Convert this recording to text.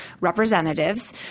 representatives